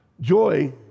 Joy